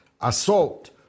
assault